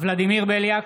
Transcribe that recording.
ולדימיר בליאק,